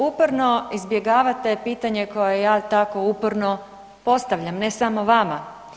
Uporno izbjegavate pitanje koje ja tako uporno postavljam, ne samo vama.